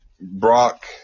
Brock